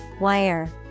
wire